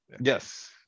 Yes